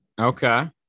Okay